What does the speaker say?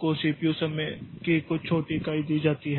को सीपीयू समय की कुछ छोटी इकाई दी जाती है